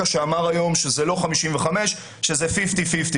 שאמר היום שאלה לא 55 אחוזים אלא זה חצי-חצי,